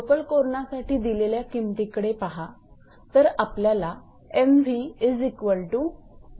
local कोरणा साठी दिलेल्या किमतीकडे पहा तर आपल्याला 𝑚𝑣0